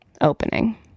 opening